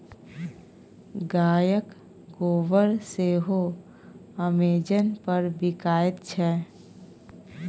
गायक गोबर सेहो अमेजन पर बिकायत छै